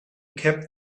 kept